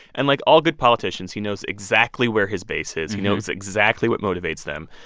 and like all good politicians, he knows exactly where his base is. he knows exactly what motivates them.